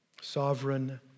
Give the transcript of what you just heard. Sovereign